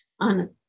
on